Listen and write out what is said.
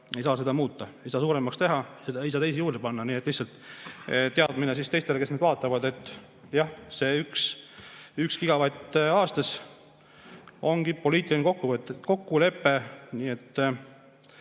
ei saa seda muuta, ei saa suuremaks teha ega saa teisi juurde panna. Nii et lihtsalt teadmiseks teistele, kes meid vaatavad: jah, see 1 gigavatt aastas ongi poliitiline kokkulepe. Nii et